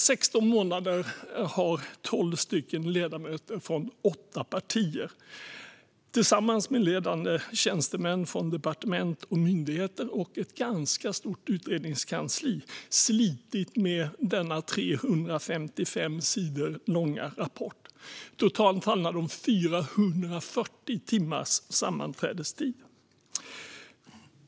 I 16 månader har tolv ledamöter från åtta partier tillsammans med ledande tjänstemän från departement och myndigheter och ett ganska stort utredningskansli slitit med denna 355 sidor långa rapport. Totalt handlar det om 440 timmars sammanträdestid.